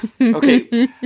Okay